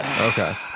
okay